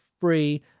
free